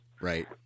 Right